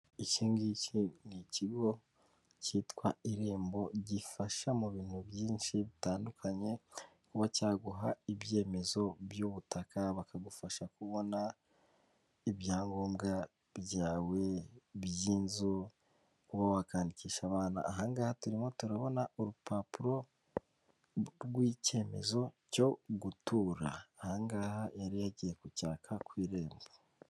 Ikingiki ni ikigo cyitwa Irembo gifasha mu bintu byinshi bitandukanye kuba cyaguha ibyemezo by'ubutaka bakagufasha kubona ibyangombwa byawe by'inzu, kuba wakandikisha abana, aha ngaha turimo turabona urupapuro rw'icyemezo cyo gutura aha ngaha yari yagiye gucyaka ku Irembo